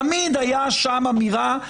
תמיד היה שם אמירה,